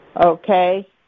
Okay